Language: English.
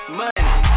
money